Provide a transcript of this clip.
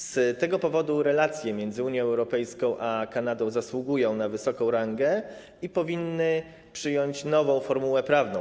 Z tego powodu relacje między Unią Europejską a Kanadą zasługują na wysoką rangę i powinny przyjąć nową formułę prawną.